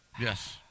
Yes